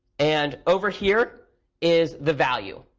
and over here is the value.